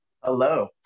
Hello